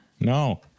No